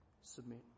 submit